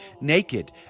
naked